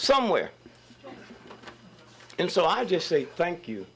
somewhere and so i just say thank you